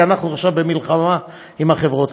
כי אנחנו עכשיו במלחמה עם החברות,